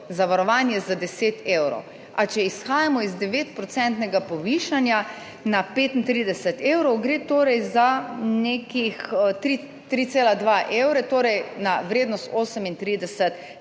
zavarovanje za 10 evro, a če izhajamo iz 9 % povišanja na 35 evrov, gre torej za nekih, 33,2 evrov, torej na vrednost 38,20 evra